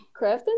Crafting